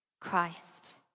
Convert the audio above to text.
Christ